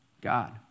God